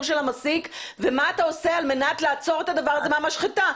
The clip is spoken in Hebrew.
של המסיק ומה אתה עושה על מנת לעצור את הדבר הזה מהמשחטה,